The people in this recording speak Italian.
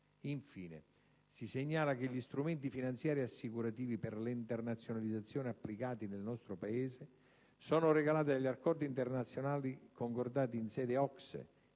Infine, si segnala che gli strumenti finanziari e assicurativi per l'internazionalizzazione applicati nel nostro Paese sono regolati dagli accordi internazionali concordati in sede OCSE,